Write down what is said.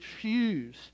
choose